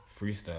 freestyle